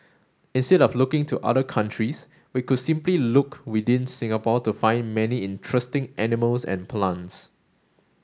instead of looking to other countries we could simply look within Singapore to find many interesting animals and plants